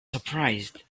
surprised